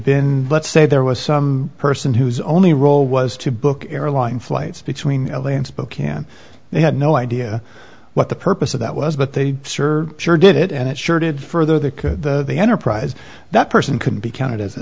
been let's say there was some person whose only role was to book airline flights between l a and spokane they had no idea what the purpose of that was but they sure sure did it and it sure did further the enterprise that person could be counted as a